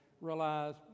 realize